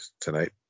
tonight